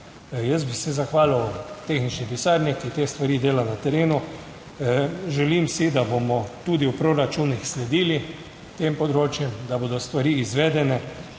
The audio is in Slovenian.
Jaz bi se zahvalil tehnični pisarni, ki te stvari dela na terenu. Želim si, da bomo tudi v proračunih sledili tem področjem, da bodo stvari izvedene,